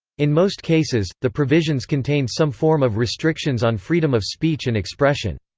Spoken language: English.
in most cases, the provisions contained some form of restrictions on freedom of speech and expression.